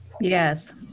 Yes